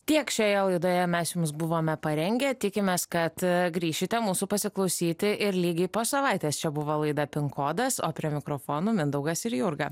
tiek šioje laidoje mes jums buvome parengę tikimės kad grįšite mūsų pasiklausyti ir lygiai po savaitės čia buvo laida pinkodas o prie mikrofonų mindaugas ir jurga